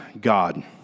God